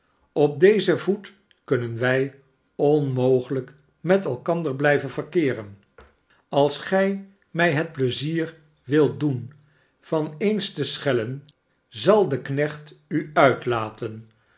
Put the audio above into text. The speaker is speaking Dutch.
op dezen voet kunnen wij onmogelijk met elkander blijven verkeeren als gij mij het pleizier wilt doen van eens te schellen zal de knecht u uitlaten